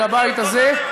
אל הבית הזה,